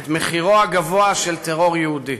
את מחירו הגבוה של טרור יהודי.